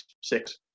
six